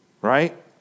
Right